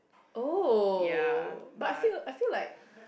oh but I feel I feel like